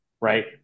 Right